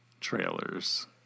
trailers